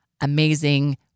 amazing